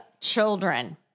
children